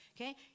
okay